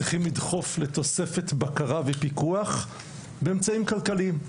צריכים לדחוף לתוספת בקרה ופיקוח באמצעים כלכליים.